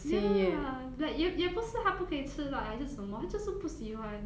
ya like 也也不是他不可以吃 lah 还是什么他就是不喜欢